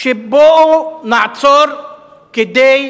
שנעצור כדי